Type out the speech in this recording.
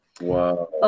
Wow